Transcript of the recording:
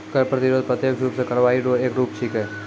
कर प्रतिरोध प्रत्यक्ष रूप सं कार्रवाई रो एक रूप छिकै